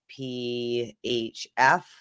PHF